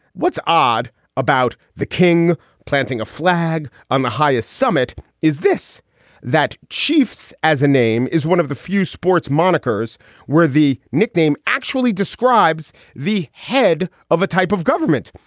what's odd about the king planting a flag on the highest summit is this that chiefs as a name is one of the few sports monikers where the nickname actually describes the head of a type of government.